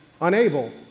unable